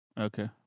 Okay